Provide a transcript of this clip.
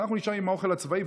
אנחנו נשארים עם האוכל הצבאי,